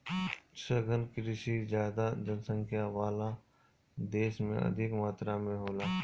सघन कृषि ज्यादा जनसंख्या वाला देश में अधिक मात्रा में होला